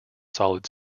solid